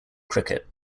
cricket